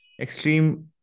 extreme